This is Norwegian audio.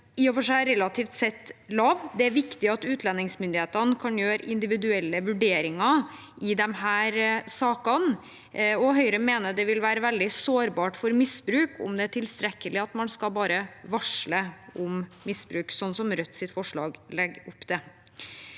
i og for seg relativt sett er lav. Det er viktig at utlendingsmyndighetene kan gjøre individuelle vurderinger i disse sakene, og Høyre mener det vil være veldig sårbart for misbruk om det er tilstrekkelig at man bare skal varsle om misbruk, slik Rødts forslag legger opp til.